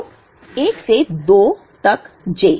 तो 1 से 2 तक j